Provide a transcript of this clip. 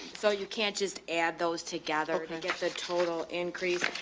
so you can't just add those together and get the total increase.